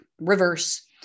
reverse